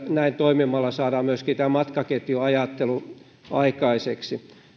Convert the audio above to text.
näin toimimalla saadaan myöskin tämä matkaketjuajattelu aikaiseksi